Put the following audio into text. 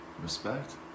Respect